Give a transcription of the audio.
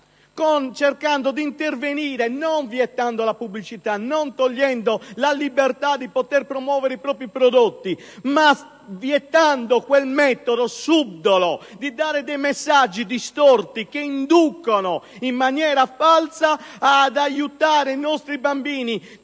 cercando di intervenire non vietando la pubblicità, non togliendo la libertà di promuovere i propri prodotti, ma vietando quel metodo subdolo di dare dei messaggi distorti, che inducono in maniera falsa a pensare di aiutare i nostri bambini